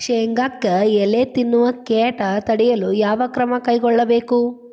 ಶೇಂಗಾಕ್ಕೆ ಎಲೆ ತಿನ್ನುವ ಕೇಟ ತಡೆಯಲು ಯಾವ ಕ್ರಮ ಕೈಗೊಳ್ಳಬೇಕು?